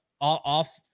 off